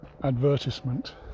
advertisement